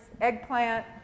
eggplant